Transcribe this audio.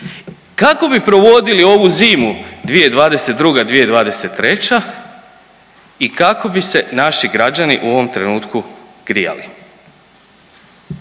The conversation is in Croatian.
kako bi provodili ovu zimu 2022.-2023. i kako bi se naši građani u ovom trenutku grijali.